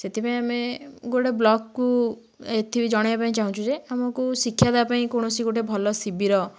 ସେଥିପାଇଁ ଆମେ ଗୋଟେ ବ୍ଲକକୁ ଏଥି ଜଣେଇବା ପାଇଁ ଚାହୁଁଛୁ ଯେ ଆମକୁ ଶିକ୍ଷା ଦେବାପାଇଁ କୌଣସି ଗୋଟେ ଭଲ ଶିବିର